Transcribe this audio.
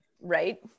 right